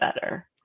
better